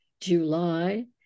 July